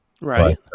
right